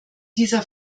dieser